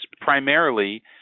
primarily